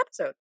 episode